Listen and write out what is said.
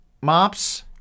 mops